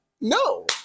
No